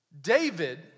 David